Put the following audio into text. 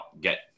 get